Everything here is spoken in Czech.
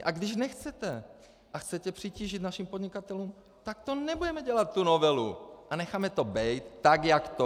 A když nechcete a chcete přitížit našim podnikatelům, tak to nebudeme dělat, tu novelu, a necháme to být, tak jak to je.